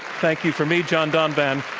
thank you from me, john donvan,